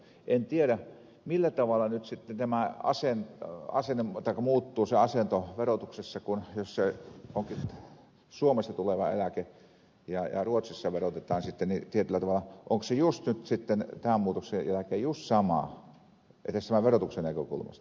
en tiedä millä tavalla nyt sitten tämä asento muuttuu verotuksessa jos onkin suomesta tuleva eläke ja ruotsissa verotetaan tietyllä tavalla onko se nyt sitten tämän muutoksen jälkeen juuri sama edes verotuksen näkökulmasta